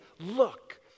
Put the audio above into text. look